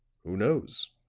who knows?